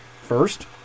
First